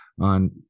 on